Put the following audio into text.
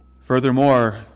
Furthermore